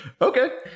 Okay